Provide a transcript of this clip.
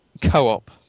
co-op